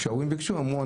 כשההורים ביקשו אמרו,